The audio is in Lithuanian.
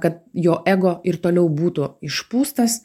kad jo ego ir toliau būtų išpūstas